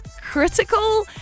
critical